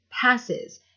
passes